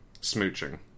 smooching